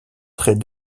trait